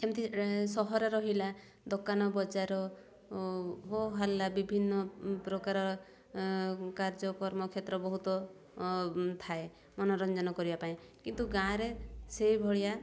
ଯେମିତି ସହରେ ରହିଲା ଦୋକାନ ବଜାର ହୋ ହାଲ୍ଲା ବିଭିନ୍ନ ପ୍ରକାର କାର୍ଯ୍ୟକର୍ମ କ୍ଷେତ୍ର ବହୁତ ଥାଏ ମନୋରଞ୍ଜନ କରିବା ପାଇଁ କିନ୍ତୁ ଗାଁରେ ସେଇଭଳିଆ